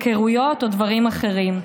היכרויות או דברים אחרים.